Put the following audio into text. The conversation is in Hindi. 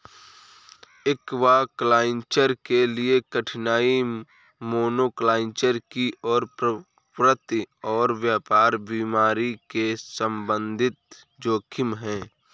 एक्वाकल्चर के लिए कठिनाई मोनोकल्चर की ओर प्रवृत्ति और व्यापक बीमारी के संबंधित जोखिम है